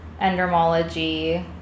Endermology